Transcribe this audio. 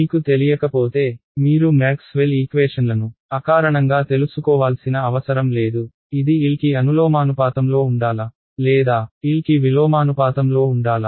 మీకు తెలియకపోతే మీరు మ్యాక్స్వెల్ ఈక్వేషన్లను అకారణంగా తెలుసుకోవాల్సిన అవసరం లేదు ఇది L కి అనులోమానుపాతంలో ఉండాలా లేదా L కి విలోమానుపాతంలో ఉండాలా